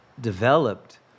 developed